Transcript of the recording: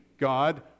God